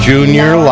Junior